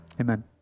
amen